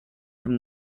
from